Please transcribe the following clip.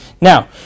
Now